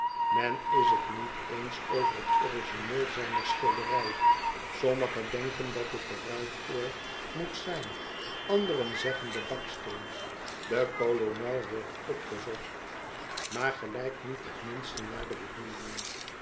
men is het niet eens over het origineel zijner schilderij sommigen denken dat het de ruigoor moet zijn anderen zeggen de baksteen de kolonel wordt opgezocht maar gelijkt niet het minste naar den bedoelden